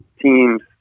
teams